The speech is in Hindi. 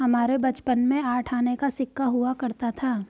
हमारे बचपन में आठ आने का सिक्का हुआ करता था